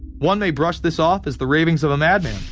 one may brush this off as the ravings of a madman.